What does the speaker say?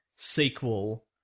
sequel